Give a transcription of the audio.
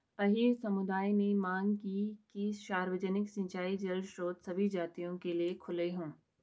अहीर समुदाय ने मांग की कि सार्वजनिक सिंचाई जल स्रोत सभी जातियों के लिए खुले हों